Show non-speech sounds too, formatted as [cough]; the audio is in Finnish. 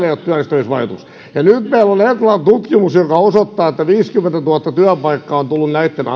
[unintelligible] ei ole työllistämisvaikutuksia ja nyt meillä on etlan tutkimus joka osoittaa että viisikymmentätuhatta työpaikkaa on tullut näitten [unintelligible]